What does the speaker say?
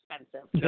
expensive